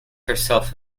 herself